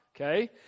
okay